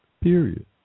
Period